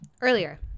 earlier